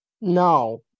No